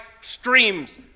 streams